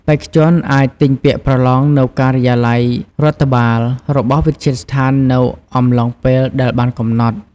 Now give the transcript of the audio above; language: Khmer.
បេក្ខជនអាច ទិញពាក្យប្រឡងនៅការិយាល័យរដ្ឋបាល របស់វិទ្យាស្ថាននៅអំឡុងពេលដែលបានកំណត់។